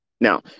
Now